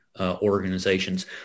organizations